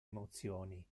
emozioni